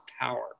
power